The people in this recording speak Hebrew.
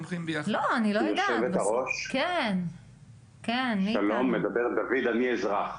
יושבת הראש, מדבר דוד, אני אזרח.